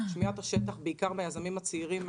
בעיקר מן היזמים הצעירים,